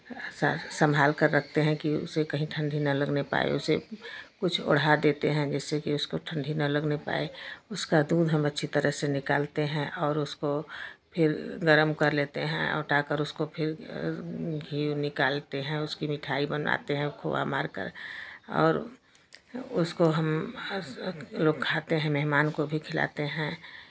संभालकर रखते हैं कि उसे कहीं ठंढी ना लगने पाए उसे कुछ ओढ़ा देते हैं जिससे कि उसको ठंढी ना लगने पाए उसका दूध हम अच्छी तरह से निकालते हैं और उसको फिर गरम कर लेते हैं औंटाकर उसको फिर घी ऊ निकालते हैं उसकी मिठाई बनाते हैं खोआ मारकर और उसको हम लोग खाते हैं मेहमान को भी खिलाते हैं